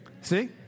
See